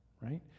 right